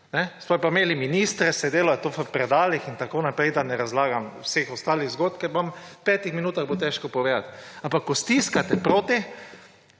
Smo pa imeli ministre, se dela to v predalih in tako naprej, da ne razlagam vseh ostalih zgodb, ker v petih minutah bo težko povedati. Ampak, ko stiskate »proti«,